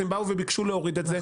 אז הם באו וביקשו להוריד את זה.